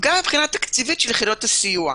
וגם מבחינה תקציבית של יחידות הסיוע.